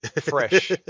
fresh